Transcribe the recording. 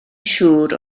siŵr